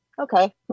okay